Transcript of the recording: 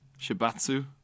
Shibatsu